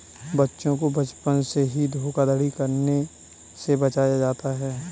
बच्चों को बचपन से ही धोखाधड़ी करने से बचाया जाता है